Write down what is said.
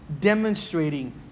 demonstrating